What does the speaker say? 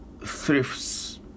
thrifts